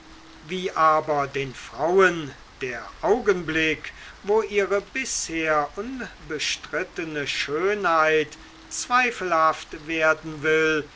wie aber den frauen der augenblick wo ihre bisher unbestrittene schönheit zweifelhaft werden will